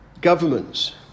governments